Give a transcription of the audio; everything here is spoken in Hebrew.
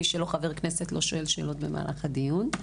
מי שהוא לא חבר כנסת לא שואל שאלות במהלך הדיון.